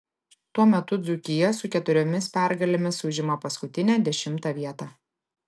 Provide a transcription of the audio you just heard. tuo metu dzūkija su keturiomis pergalėmis užima paskutinę dešimtą vietą